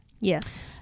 Yes